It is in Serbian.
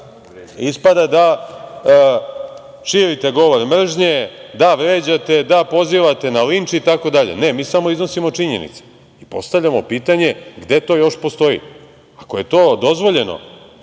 ispada da širite govor mržnje, da vređate, da pozivate na linč i tako dalje. Ne, mi samo iznosimo činjenice i postavljamo pitanje gde to još postoji? Ako je to dozvoljeno